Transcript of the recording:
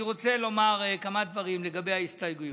אני רוצה לומר כמה דברים לגבי ההסתייגויות.